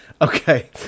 Okay